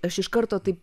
aš iš karto taip